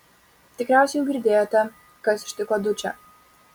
tikriausiai jau girdėjote kas ištiko dučę